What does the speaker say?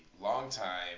longtime